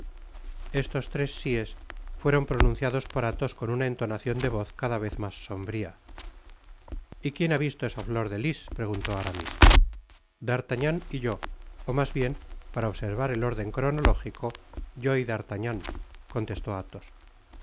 estos ires sies fueron pronunciados por athos con una entonacion de voz cada vez mas sombria y quién ha visto esa flor de lis preguntó aramis d'artagnan y yo ó mas bien para observar el órden cronológico yo y d'artagnan contestó athos